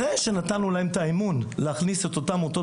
אחרי שנתנו להם את האמון להכניס את אותם מוטות